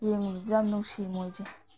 ꯌꯦꯡꯕꯗꯁꯨ ꯌꯥꯝ ꯅꯨꯡꯁꯤ ꯃꯣꯏꯁꯦ